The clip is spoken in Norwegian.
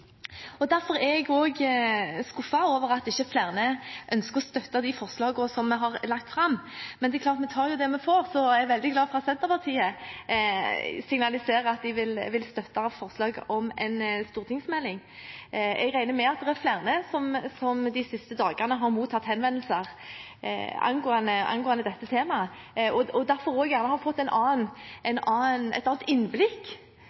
og kultur. Derfor er jeg også skuffet over at ikke flere ønsker å støtte forslagene vi har lagt fram, men vi tar jo det vi får, så jeg er veldig glad for at Senterpartiet signaliserer at de vil støtte forslaget om en stortingsmelding. Jeg regner med at det er flere som de siste dagene har mottatt henvendelser angående dette temaet, og som derfor også har fått et annet innblikk